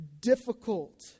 difficult